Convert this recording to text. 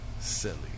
Silly